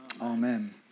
Amen